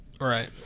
right